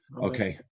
okay